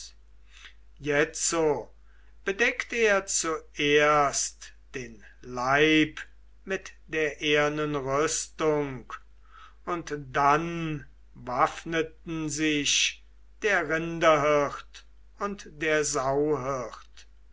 jetzo bedeckt er zuerst den leib mit der ehernen rüstung und dann waffneten sich der rinderhirt und der